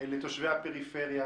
לתושבי הפריפריה.